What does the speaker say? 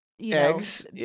Eggs